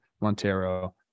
Montero